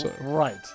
right